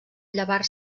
llevar